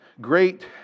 Great